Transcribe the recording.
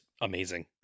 amazing